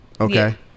Okay